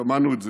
ושמענו את זה,